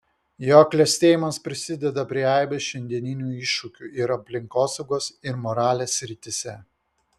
jo klestėjimas prisideda prie aibės šiandienių iššūkių ir aplinkosaugos ir moralės srityse